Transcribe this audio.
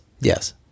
yes